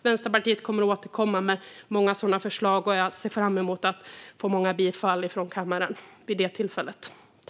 Vänsterpartiet kommer att återkomma med många sådana förslag, och jag ser fram emot att få många bifall från kammaren vid det tillfället.